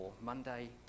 Monday